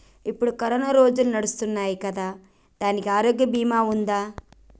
ఇప్పుడు కరోనా రోజులు నడుస్తున్నాయి కదా, దానికి ఆరోగ్య బీమా ఉందా?